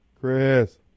Chris